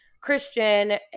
Christian